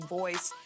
voice